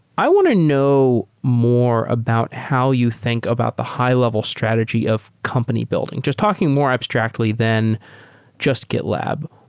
i want to know more about how you think about the high-level strategy of company building. just talking more abstractly than just gitlab,